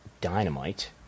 Dynamite